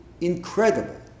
incredible